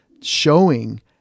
showing